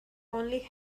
only